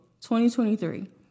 2023